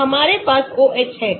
तो हमारे पास OH है